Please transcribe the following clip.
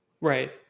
Right